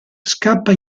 scappa